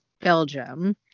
Belgium